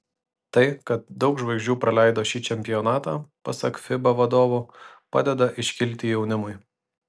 tai kad daug žvaigždžių praleido šį čempionatą pasak fiba vadovų padeda iškilti jaunimui